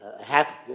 half